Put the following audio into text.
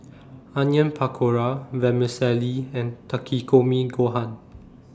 Onion Pakora Vermicelli and Takikomi Gohan